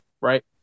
right